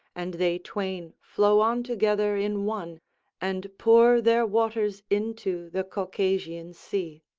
and they twain flow on together in one and pour their waters into the caucasian sea.